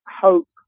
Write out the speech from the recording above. hope